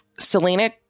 Selena